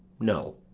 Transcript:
no,